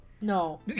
No